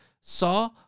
saw